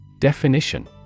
Definition